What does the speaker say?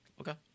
Okay